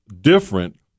different